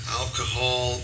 alcohol